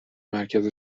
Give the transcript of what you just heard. مرکز